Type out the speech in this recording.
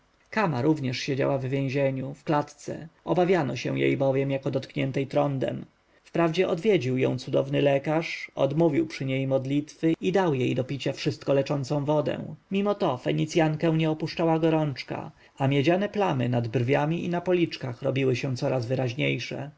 również siedziała w więzieniu w klatce obawiano się jej bowiem jako dotkniętej trądem wprawdzie odwiedził ją cudowny lekarz odmówił przy niej modlitwy i dał jej do picia wszystkoleczącą wodę mimo to fenicjankę nie opuszczała gorączka a miedziane plamy nad brwiami i na policzkach robiły się coraz wyraźniejsze